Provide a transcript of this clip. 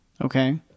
Okay